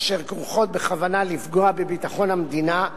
אשר כרוכות בכוונה לפגוע בביטחון המדינה,